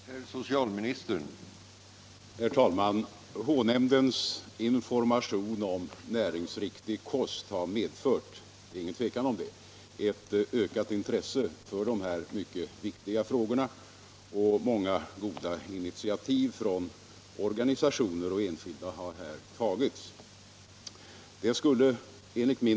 En fortsatt negativ befolkningsutveckling inom Ljusdals kommun skulle kunna äventyra huvudortens funktion som regioncentrum för nordvästra Hälsingland. Det är angeläget att nuvarande service kan vidmakthållas och helst även byggas ut.